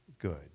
good